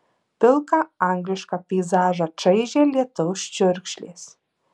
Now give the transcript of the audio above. pilką anglišką peizažą čaižė lietaus čiurkšlės